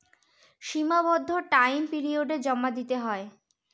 সীমাবদ্ধ টাইম পিরিয়ডে জমা দিতে হয়